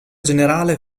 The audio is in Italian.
generale